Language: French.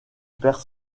perd